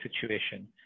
situation